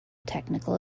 technical